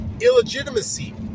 illegitimacy